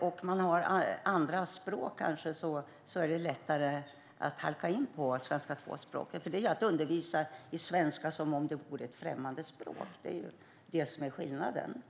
och kanske också andra språk är det lättare att halka in på svenska 2. Det handlar ju om att undervisa i svenska som ett främmande språk; det är det som är skillnaden.